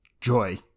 joy